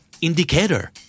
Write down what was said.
Indicator